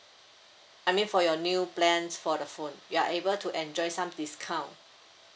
I mean for your new plans for the phone you are able to enjoy some discount